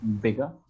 bigger